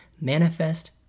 manifest